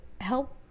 help